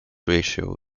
ratio